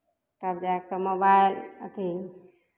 तब जाए कऽ मोबाइल अथि